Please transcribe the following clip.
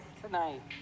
tonight